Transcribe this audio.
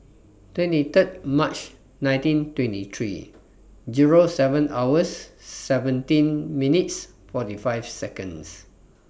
twenty Third March nineteen twenty three Zero seven hours seventeen minutes forty five Seconds